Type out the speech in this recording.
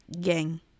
gang